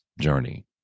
journey